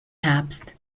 herbst